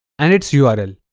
and it's yeah url